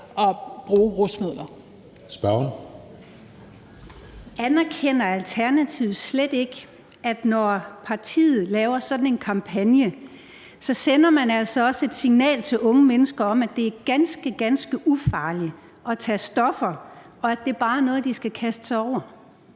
Raabjerg (KF): Anerkender Alternativet slet ikke, at når partiet laver sådan en kampagne, så sender man altså også et signal til unge mennesker om, at det er ganske, ganske ufarligt at tage stoffer, og at det bare er noget, de skal kaste sig over?